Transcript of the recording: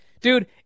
dude